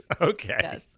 Okay